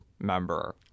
member